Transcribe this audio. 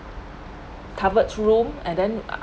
covered two room and then uh